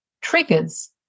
triggers